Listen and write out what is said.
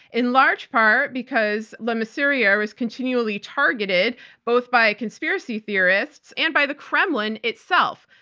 in large part because le mesurier was continually targeted both by conspiracy theorists and by the kremlin itself.